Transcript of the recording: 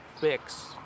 fix